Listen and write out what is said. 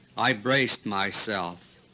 i braced myself.